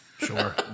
Sure